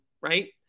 right